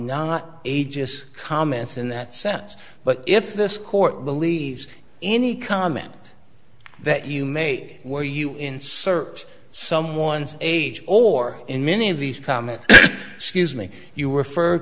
not ages comments in that sense but if this court believes any comment that you make where you insert someone's age or in many of these comments scuse me you